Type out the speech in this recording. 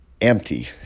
empty